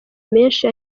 menshi